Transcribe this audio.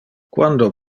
quando